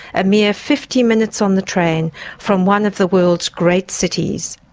a mere fifty minutes on the train from one of the world's great cities.